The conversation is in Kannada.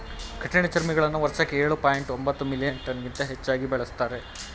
ಕಠಿಣಚರ್ಮಿಗಳನ್ನ ವರ್ಷಕ್ಕೆ ಎಳು ಪಾಯಿಂಟ್ ಒಂಬತ್ತು ಮಿಲಿಯನ್ ಟನ್ಗಿಂತ ಹೆಚ್ಚಾಗಿ ಬೆಳೆಸ್ತಾರೆ